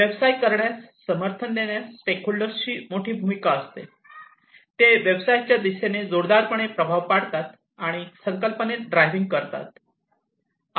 व्यवसाय करण्यास समर्थन देण्यास स्टेकहोल्डरची मोठी भूमिका असते ते व्यवसायाच्या दिशेने जोरदारपणे प्रभाव पाडतात आणि संकल्पनेत ड्रायव्हिंग करतात